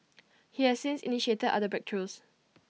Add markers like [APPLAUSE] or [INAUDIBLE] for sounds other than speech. [NOISE] he has since initiated other breakthroughs